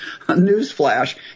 Newsflash